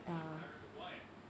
uh